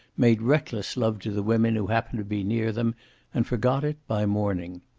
made reckless love to the women who happened to be near them and forgot it by morning.